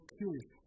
curious